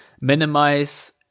minimize